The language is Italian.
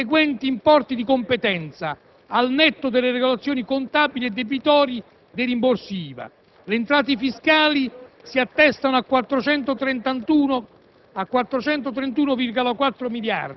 per il 2007 evidenzia i seguenti importi di competenza, al netto delle regolazioni contabili e debitorie dei rimborsi IVA: le entrate fiscali si attestano a 431,4